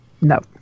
No